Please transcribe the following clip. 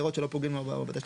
לראות שלא פוגעים לו בתשתית,